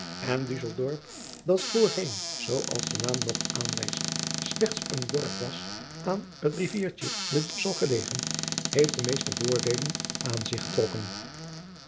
en usseldorp dat voorheen zoo als de naam nog aanwijst slechts een dorp was aan het riviertje den ussel gelegen heeft de eeste voordeelen aan zich getrokken